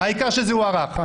העיקר שזה הוארך.